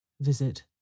Visit